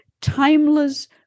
timeless